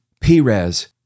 Perez